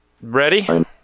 ready